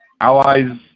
Allies